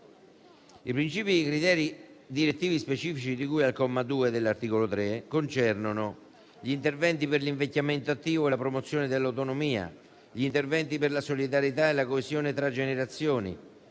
I principi e i criteri direttivi specifici di cui al comma 2 dell'articolo 3 concernono: gli interventi per l'invecchiamento attivo e la promozione dell'autonomia; gli interventi per la solidarietà e la coesione tra generazioni;